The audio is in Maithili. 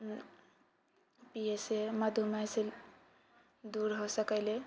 पियैसँ मधुमेहसँ दूर हो सकैले